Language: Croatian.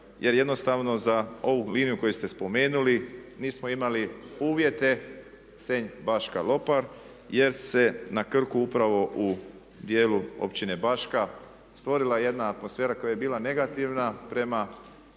jer jednostavno za ovu liniju koju ste spomenuli nismo imali uvjete Senj-Baška-Lopar jer se na Krku upravo u djelu općine Baška stvorila jedna atmosfera koja je bila negativna prema